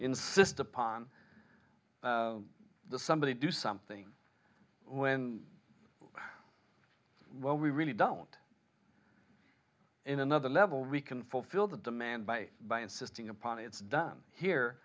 insist upon the somebody do something when when we really don't in another level we can fulfill that demand by by insisting upon it's done here